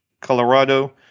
Colorado